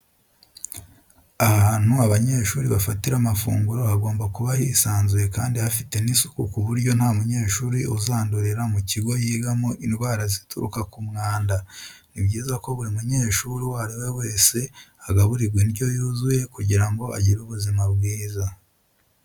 Ahantu abanyeshuri bafatira amafungura hagomba kuba hisanzuye kandi hafite n'isuku ku buryo nta munyeshuri uzandurira mu kigo yigamo indwara zituruka ku mwanda. Ni byiza ko buri munyeshuri uwo ari we wese agaburirwa indyo yuzuye kugira ngo agire ubuzima bwiza.